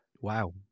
Wow